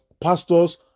pastors